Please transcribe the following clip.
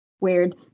weird